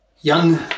young